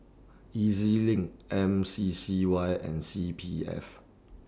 E Z LINK M C C Y and C P F